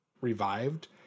revived